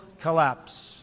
collapse